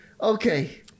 Okay